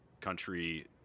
country